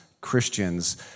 Christians